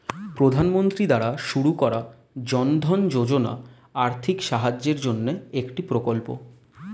প্রধানমন্ত্রী দ্বারা শুরু করা জনধন যোজনা আর্থিক সাহায্যের জন্যে একটি প্রকল্প